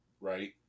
right